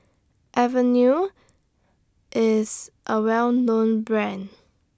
Avene IS A Well known Brand